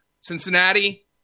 Cincinnati